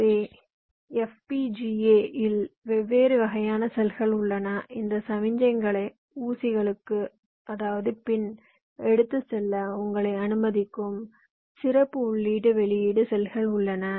எனவே FPGA இல் வெவ்வேறு வகையான செல்கள் உள்ளன இந்த சமிக்ஞைகளை ஊசிகளுக்கு எடுத்துச் செல்ல உங்களை அனுமதிக்கும் சிறப்பு உள்ளீட்டு வெளியீட்டு செல்கள் உள்ளன